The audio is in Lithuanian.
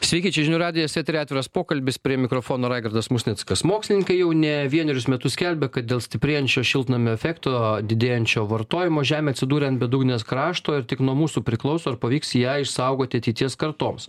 sveiki čia žinių radijas eteryje atviras pokalbis prie mikrofono raigardas musnickas mokslininkai jau ne vienerius metus skelbia kad dėl stiprėjančio šiltnamio efekto didėjančio vartojimo žemė atsidūrė ant bedugnės krašto ir tik nuo mūsų priklauso ar pavyks ją išsaugoti ateities kartoms